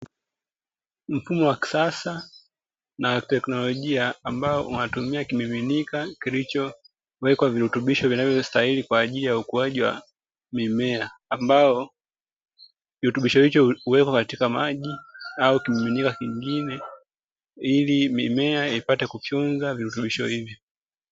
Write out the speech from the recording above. Mfumo wa kisasa na wa kiteknolojia, ambao unatumia kimiminika kilichowekwa virutubisho vinavyostahili kwa ajili ya ukuaji wa mimea, ambao kirutubisho hicho huwekwa katika maji au kimiminika kingine ili mimea ipate kufyonza virutubisho hivyo.